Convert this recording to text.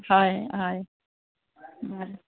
হয় হয় হয়